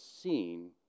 seen